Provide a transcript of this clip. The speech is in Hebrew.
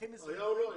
היה או לא היה?